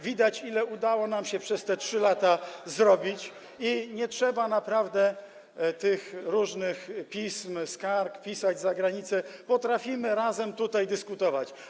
Widać, ile udało nam się przez te 3 lata zrobić i naprawdę nie trzeba tych różnych pism, skarg pisać za granicę, potrafimy razem tutaj dyskutować.